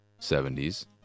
70s